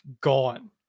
gone